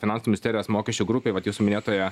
finansų ministerijos mokesčių grupėj vat jūsų minėtoje